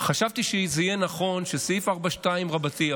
חשבתי שזה יהיה נכון שבסעיף 42 רבתי,